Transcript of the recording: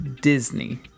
Disney